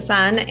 Sun